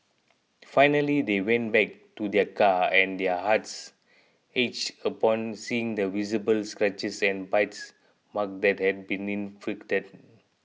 finally they went back to their car and their hearts ached upon seeing the visible scratches and bite marks that had been inflicted